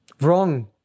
wrong